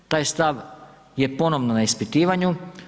Taj stav je ponovno na ispitivanju.